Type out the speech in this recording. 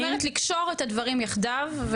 את אומרת לקשור את הדברים יחדיו,